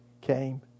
came